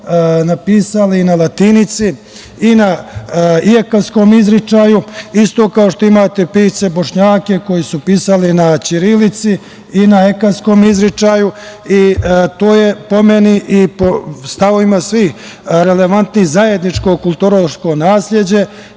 napisali na latinici i na ijekavskom izgovoru, isto kao što imate pisce Bošnjake koji su pisali na ćirilici i na ekavskom izgovoru. To je, po meni i po stavovima svih relevantnih, zajedničko kulturološko nasleđe